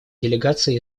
делегаций